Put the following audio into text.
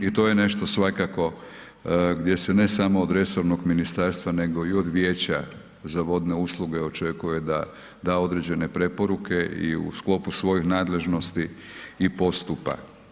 I to je nešto svakako gdje se ne samo od resornog ministarstva nego i od Vijeća za vodne usluge očekuje da da određene preporuke i u sklopu svojih nadležnosti i postupa.